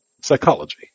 psychology